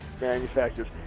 manufacturers